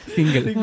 Single